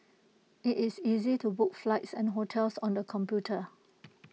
IT is easy to book flights and hotels on the computer